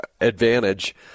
advantage